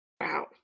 Wow